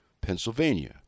Pennsylvania